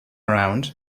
around